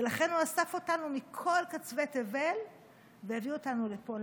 ולכן הוא אסף אותנו מכל קצווי תבל והביא אותנו לפה,